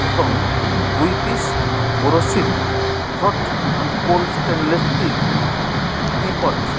ଏବଂ ଦୁଇ piece Borosil hot and cold stainless steel teapot